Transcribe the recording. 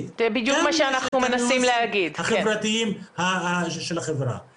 זה אומר לשלוח את החבר'ה האלה לרחוב,